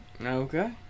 Okay